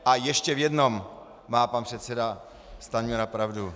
A ještě v jednom má pan předseda Stanjura pravdu.